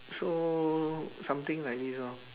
so something like this lor